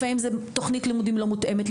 לפעמים זו תוכנית לימודים לא מותאמת,